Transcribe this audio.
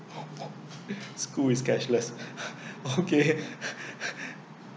school is cashless okay